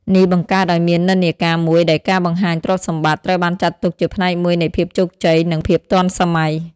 នេះបង្កើតឱ្យមាននិន្នាការមួយដែលការបង្ហាញទ្រព្យសម្បត្តិត្រូវបានចាត់ទុកជាផ្នែកមួយនៃភាពជោគជ័យ និងភាពទាន់សម័យ។